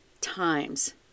times